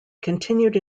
continued